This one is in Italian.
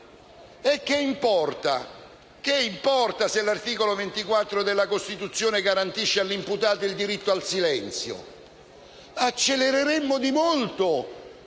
Che importa poi se l'articolo 24 della Costituzione garantisce all'imputato il diritto al silenzio? In questo modo